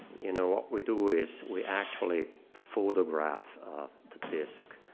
you know what we do is we actually photograph the disc